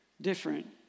different